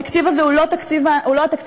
התקציב הזה הוא לא התקציב האמיתי,